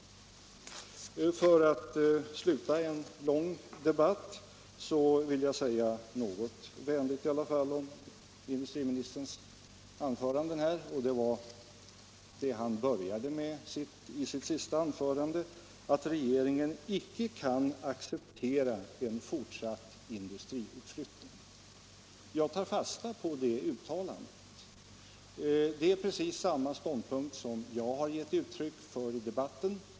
Jag vill sluta denna långa debatt med att i alla fall säga något vänligt om industriministerns anföranden här. Han sade i början av sitt sista anförande att regeringen icke kan acceptera en fortsatt industriutflyttning. Jag tar fasta på det uttalandet. Det är precis samma ståndpunkt som jag har gett uttryck för i debatten.